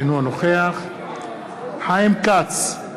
אינו נוכח חיים כץ,